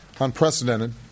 unprecedented